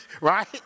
right